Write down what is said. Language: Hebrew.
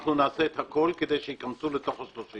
אנחנו נעשה את הכול כדי שייכנסו לתוך ה-30.